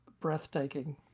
breathtaking